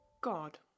God